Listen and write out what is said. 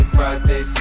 Friday